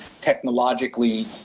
technologically